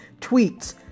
tweets